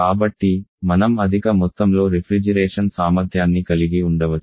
కాబట్టి మనం అధిక మొత్తంలో రిఫ్రిజిరేషన్ సామర్థ్యాన్ని కలిగి ఉండవచ్చు